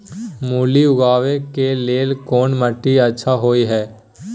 मूली उगाबै के लेल कोन माटी अच्छा होय है?